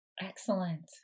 Excellent